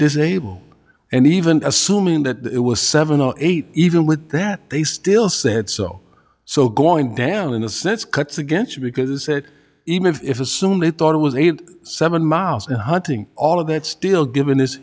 disabled and even assuming that it was seven o eight even with that they still said so so going down in a sense cuts against you because that even if assume they thought it was eighty seven miles and hunting all of that still given this